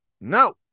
No